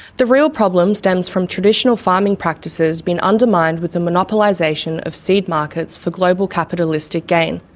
the real problem stems from traditional farming practices being undermined with the monopolization of seed markets for global capitalistic gain.